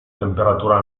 temperatura